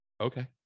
okay